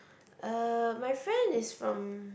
uh my friend is from